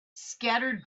scattered